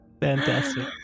Fantastic